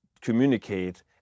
communicate